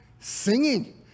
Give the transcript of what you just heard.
singing